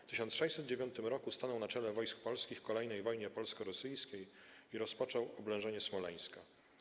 W 1609 roku stanął na czele wojsk polskich w kolejnej wojnie polsko-rosyjskiej i rozpoczął oblężenie Smoleńska.